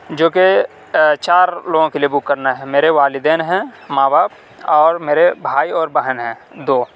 جو کہ چار لوگوں کے لیے بک کرنا ہے میرے والدین ہیں ماں باپ اور میرے بھائی اور بہن ہیں دو